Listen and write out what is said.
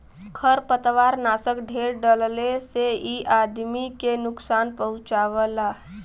खरपतवारनाशक ढेर डलले से इ आदमी के नुकसान पहुँचावला